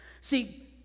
See